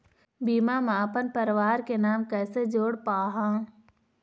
बीमा म अपन परवार के नाम कैसे जोड़ पाहां?